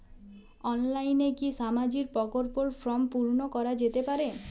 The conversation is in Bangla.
অনলাইনে কি সামাজিক প্রকল্পর ফর্ম পূর্ন করা যেতে পারে?